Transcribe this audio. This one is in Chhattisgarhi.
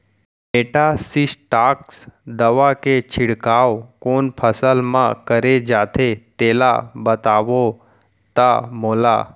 मेटासिस्टाक्स दवा के छिड़काव कोन फसल म करे जाथे तेला बताओ त मोला?